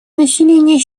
население